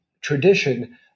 tradition